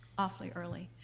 awfully early.